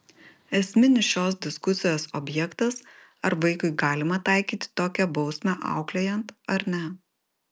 esminis šios diskusijos objektas ar vaikui galima taikyti tokią bausmę auklėjant ar ne